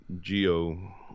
geo